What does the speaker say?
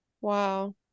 Wow